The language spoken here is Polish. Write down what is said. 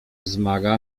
wzmaga